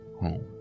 home